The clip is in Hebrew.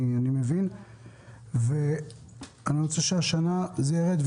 אני רוצה שהשנה זה יירד,